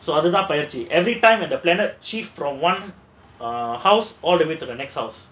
அது தான் பெயர்ச்சி:adhu thaan peyarchi everytime time the planet shift from one house all the way to the next house